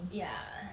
ya